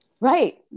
Right